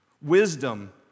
Wisdom